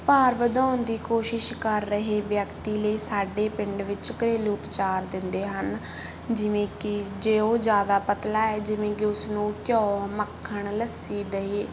ਭਾਰ ਵਧਾਉਣ ਦੀ ਕੋਸ਼ਿਸ਼ ਕਰ ਰਹੇ ਵਿਅਕਤੀ ਲਈ ਸਾਡੇ ਪਿੰਡ ਵਿੱਚ ਘਰੇਲੂ ਉਪਚਾਰ ਦਿੰਦੇ ਹਨ ਜਿਵੇਂ ਕਿ ਜੇ ਉਹ ਜ਼ਿਆਦਾ ਪਤਲਾ ਹੈ ਜਿਵੇਂ ਕਿ ਉਸਨੂੰ ਘਿਓ ਮੱਖਣ ਲੱਸੀ ਦਹੀਂ